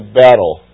battle